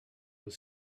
was